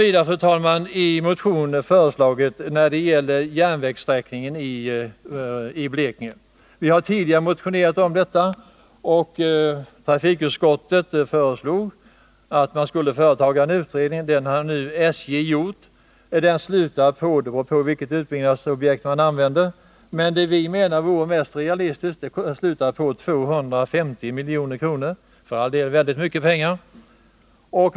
Vi har tidigare motionerat om järnvägssträckningen i Blekinge. Trafikutskottet föreslog att man skulle företa en utredning. Det har nu SJ gjort. Kostnaden beror på vilket utbyggnadsobjekt man väljer, men det vi avser slutar på 250 milj.kr. Detta är för all del mycket pengar.